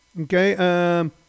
Okay